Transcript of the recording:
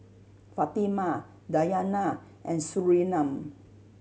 Fatimah Dayana and Surinam